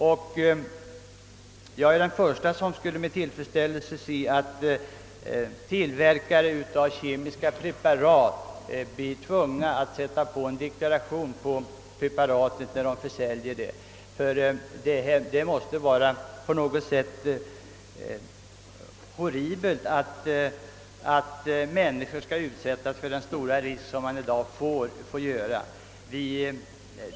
Alla måste med tillfreds ställelse hälsa en bestämmelse om att tillverkare av kemiska preparat blir tvungna att på preparatet sätta på en deklaration, ty det är horribelt att människor skall utsättas för de nuvarande stora riskerna.